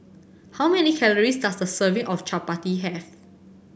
how many calories does a serving of chappati have